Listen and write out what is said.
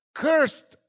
cursed